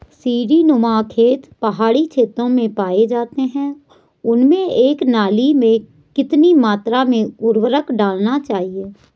सीड़ी नुमा खेत पहाड़ी क्षेत्रों में पाए जाते हैं उनमें एक नाली में कितनी मात्रा में उर्वरक डालना चाहिए?